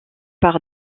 par